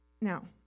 Now